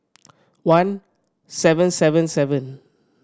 one seven seven seven